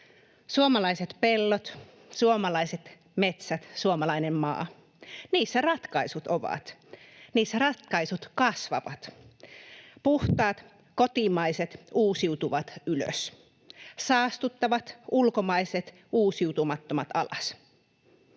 Suomalaiset pellot, suomalaiset metsät, suomalainen maa: niissä ratkaisut ovat, niissä ratkaisut kasvavat. Puhtaat, kotimaiset, uusiutuvat ylös — saastuttavat, ulkomaiset, uusiutumattomat alas.